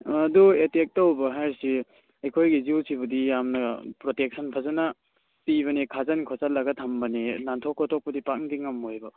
ꯑꯗꯨ ꯑꯦꯇꯦꯛ ꯇꯧꯕ ꯍꯥꯏꯁꯤ ꯑꯩꯈꯣꯏꯒꯤ ꯖꯨꯁꯤꯕꯨꯗꯤ ꯌꯥꯝꯅ ꯄ꯭ꯔꯣꯇꯦꯛꯁꯟ ꯐꯖꯅ ꯄꯤꯕꯅꯤ ꯈꯥꯖꯟ ꯈꯣꯠꯆꯜꯂꯒ ꯊꯝꯕꯅꯦ ꯅꯥꯟꯊꯣꯛ ꯈꯣꯠꯇꯣꯛꯄꯗꯤ ꯄꯥꯛꯅꯗꯤ ꯉꯝꯃꯣꯏꯕ